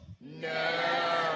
No